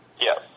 Yes